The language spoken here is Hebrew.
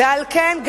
ועל כן,